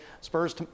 spurs